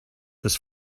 his